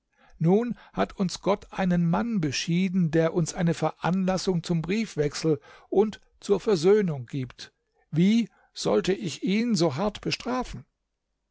nun hat uns gott einen mann beschieden der uns eine veranlassung zum briefwechsel und zur versöhnung gibt wie sollte ich ihn so hart bestrafen